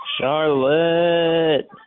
Charlotte